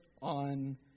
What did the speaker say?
on